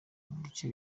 bice